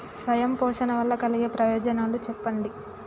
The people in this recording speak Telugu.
స్వయం పోషణ వల్ల కలిగే ప్రయోజనాలు చెప్పండి?